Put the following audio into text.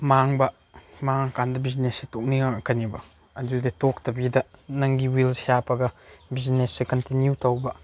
ꯃꯥꯡꯕ ꯃꯥꯡꯉ ꯀꯥꯟꯗ ꯕꯤꯖꯤꯅꯦꯁ ꯇꯣꯛꯅꯤꯡꯉꯛꯀꯅꯦꯕ ꯑꯗꯨꯗ ꯇꯣꯛꯇꯕꯤꯗ ꯅꯪꯒꯤ ꯋꯤꯜꯁꯦ ꯍꯥꯞꯄꯒ ꯕꯤꯖꯤꯅꯦꯁꯁꯦ ꯀꯟꯇꯤꯅꯤꯎ ꯇꯧꯕ